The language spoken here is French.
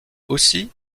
aussi